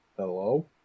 Hello